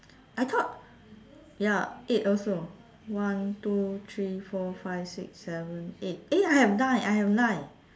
I thought ya eight also one two three four five six seven eight eh I have nine I have nine